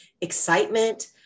excitement